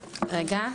נכון?